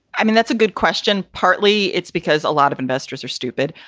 i mean, that's a good question. partly it's because a lot of investors are stupid.